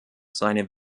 seine